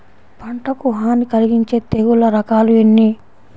పంటకు హాని కలిగించే తెగుళ్ళ రకాలు ఎన్ని?